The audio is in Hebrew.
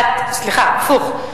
סליחה, הפוך,